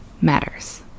matters